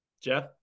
Jeff